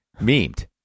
memed